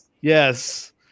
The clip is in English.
Yes